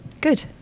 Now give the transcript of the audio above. Good